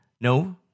no